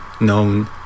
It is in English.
known